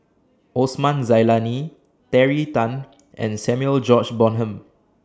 Osman Zailani Terry Tan and Samuel George Bonham